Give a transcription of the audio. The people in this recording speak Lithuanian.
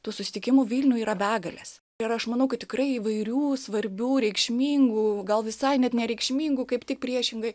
tų susitikimų vilniuj yra begalės ir aš manau kad tikrai įvairių svarbių reikšmingų gal visai net nereikšmingų kaip tik priešingai